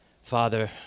Father